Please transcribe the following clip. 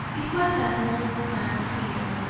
it was an old man's figure,